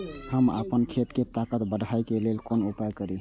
हम आपन खेत के ताकत बढ़ाय के लेल कोन उपाय करिए?